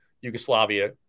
Yugoslavia